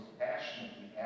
passionately